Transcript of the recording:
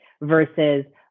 versus